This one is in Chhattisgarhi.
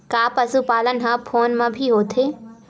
का पशुपालन ह फोन म भी होथे?